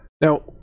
Now